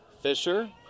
Fisher